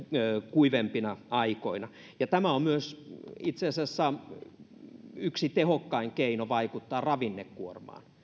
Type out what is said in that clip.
kuivempina aikoina tämä on itse asiassa myös yksi tehokkaimmista keinoista vaikuttaa ravinnekuormaan